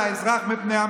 על נשים?